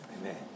amen